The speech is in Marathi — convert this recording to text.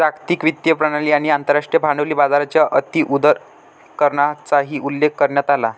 जागतिक वित्तीय प्रणाली आणि आंतरराष्ट्रीय भांडवली बाजाराच्या अति उदारीकरणाचाही उल्लेख करण्यात आला